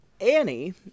Annie